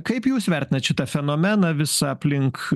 kaip jūs vertinat šitą fenomeną visa aplink